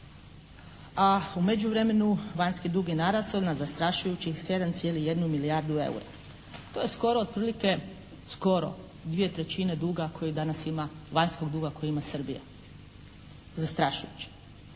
a u međuvremenu vanjski dug je narastao na zastrašujućih 7,1 milijardu EUR-a. To je skoro otprilike, skoro 2/3 duga koji danas ima, vanjskog duga koji ima Srbija. Zastrašujuće.